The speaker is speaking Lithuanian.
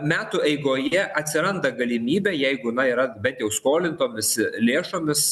metų eigoje atsiranda galimybė jeigu na yra bet jau skolintomis lėšomis